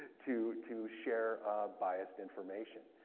to to share biased information.